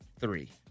three